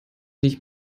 nicht